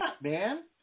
man